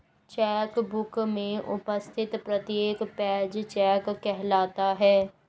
check book में उपस्थित प्रत्येक पेज चेक कहलाता है